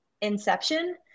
inception